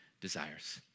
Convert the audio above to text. desires